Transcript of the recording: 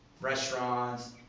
restaurants